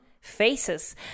faces